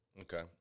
Okay